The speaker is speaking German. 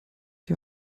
die